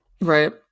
Right